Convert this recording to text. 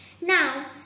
Now